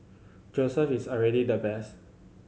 Joseph is already the best